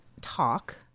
talk